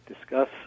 discuss